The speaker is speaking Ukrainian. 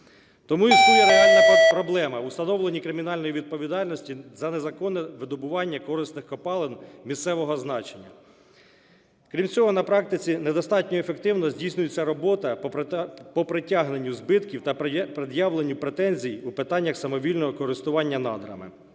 Тому існує реальна проблема у встановленні кримінальної відповідальності за незаконне видобування корисних копалин місцевого значення. Крім цього, на практиці недостатньо ефективно здійснюється робота по притягненню збитків та пред'явленню претензій у питаннях самовільного користування надрами.